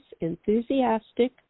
enthusiastic